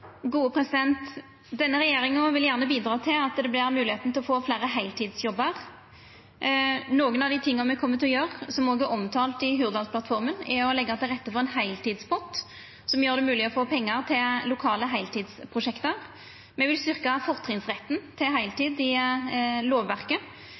Denne regjeringa vil gjerne bidra til at det vert mogleg å få fleire heiltidsjobbar. Noko av det me kjem til å gjera, som òg er omtalt i Hurdalsplattforma, er å leggja til rette for ein heiltidspott som gjer det mogleg å få pengar til lokale heiltidsprosjekt. Me vil styrkja fortrinnsretten til